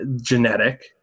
genetic